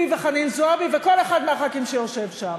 וחנין זועבי וכל אחד מהח"כים שיושבים שם,